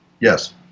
Yes